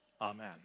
Amen